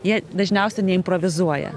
jie dažniausiai neimprovizuoja